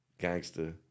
gangster